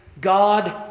God